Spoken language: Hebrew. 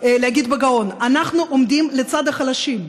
להגיד בגאון: אנחנו עומדים לצד החלשים?